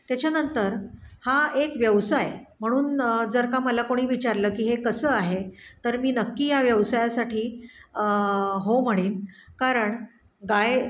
त्याच्यानंतर हा एक व्यवसाय म्हणून जर का मला कोणी विचारलं की हे कसं आहे तर मी नक्की या व्यवसायासाठी हो म्हणेन कारण गाय